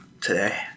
today